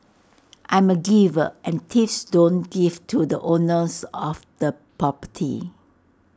I'm A giver and thieves don't give to the owners of the property